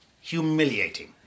humiliating